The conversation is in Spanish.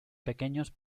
pequeños